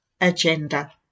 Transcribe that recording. agenda